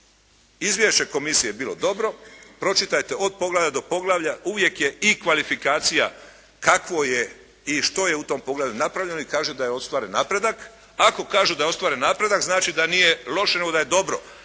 izvješće komisije je bilo dobro. Pročitajte od poglavlja do poglavlja uvijek je i kvalifikacija kakvo je i što je u tom poglavlju napravljeno. I kaže da je ostvaren napredak. Ako kažu da je ostvaren napredak znači da nije loše nego da je dobro.